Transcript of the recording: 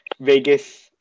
Vegas